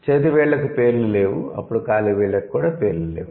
చేతి వేళ్లకు పేర్లు లేవు అప్పుడు కాలి వేళ్ళకు కూడా పేర్లు లేవు